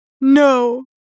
no